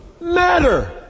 matter